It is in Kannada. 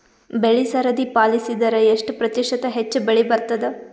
ಬೆಳಿ ಸರದಿ ಪಾಲಸಿದರ ಎಷ್ಟ ಪ್ರತಿಶತ ಹೆಚ್ಚ ಬೆಳಿ ಬರತದ?